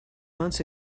months